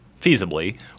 feasibly